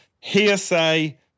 hearsay